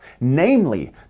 namely